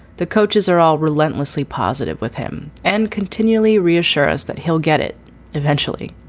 the coaches are all relentlessly positive with him and continually reassure us that he'll get it eventually.